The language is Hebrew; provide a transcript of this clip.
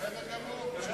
בסדר גמור, אדוני